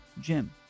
Jim